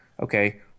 okay